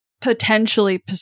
potentially